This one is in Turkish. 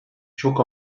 çok